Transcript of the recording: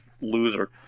loser